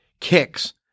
kicks